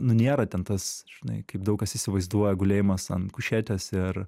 nu nėra ten tas žinai kaip daug kas įsivaizduoja gulėjimas ant kušetės ir